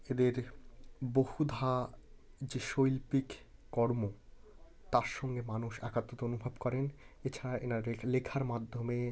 এদের বহুধা যে শৈল্পিক কর্ম তার সঙ্গে মানুষ একাত্মতা অনুভব করেন এছাড়া এনাদের লেখার মাধ্যমে